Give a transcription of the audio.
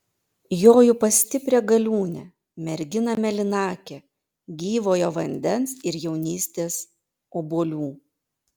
joju pas stiprią galiūnę merginą mėlynakę gyvojo vandens ir jaunystės obuolių